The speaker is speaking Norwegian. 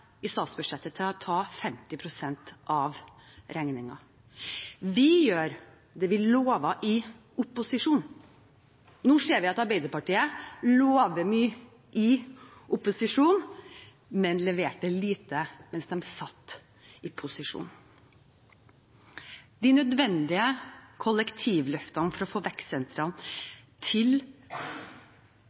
i statsbudsjettet til å ta 50 pst. av regningen. Vi gjør det vi lovte i opposisjon. Nå ser vi at Arbeiderpartiet lover mye i opposisjon, men leverte lite mens de satt i posisjon. De nødvendige kollektivløftene for å få vekstsentrene til